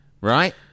Right